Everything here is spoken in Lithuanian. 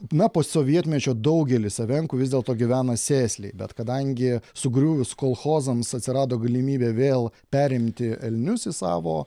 na po sovietmečio daugelis evenkų vis dėlto gyvena sėsliai bet kadangi sugriuvus kolchozams atsirado galimybė vėl perimti elnius į savo